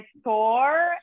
store